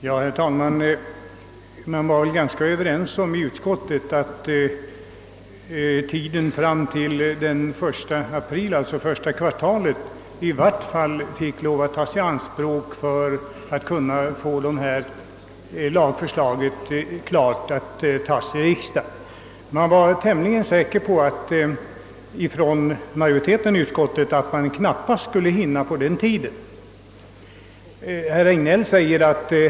Herr talman! Man var ganska överens i utskottet om att tiden fram till den 1 april — alltså första kvartalet nästa år -— måste tas i anspråk för att få lagförslaget klart att behandlas i kamrarna. Majoriteten i utskottet var för sin del tämligen säker på att förslaget knappast skulle hinna bli färdigt på denna tid.